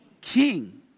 king